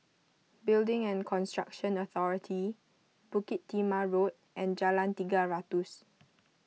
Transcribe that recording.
Building and Construction Authority Bukit Timah Road and Jalan Tiga Ratus